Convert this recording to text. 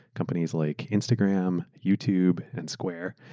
companies like instagram, youtube, and square.